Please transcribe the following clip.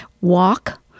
walk